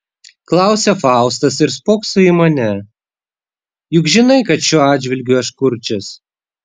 klausia faustas ir spokso į mane juk žinai kad šiuo atžvilgiu aš kurčias